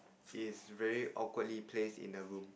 is very awkwardly placed in the room